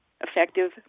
effective